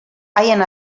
haien